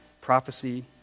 Prophecy